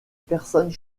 personnes